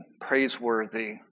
praiseworthy